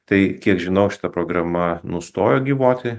tai kiek žinau šita programa nustojo gyvuoti